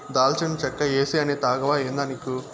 దాల్చిన చెక్క ఏసీ అనే తాగవా ఏందానిక్కు